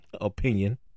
opinion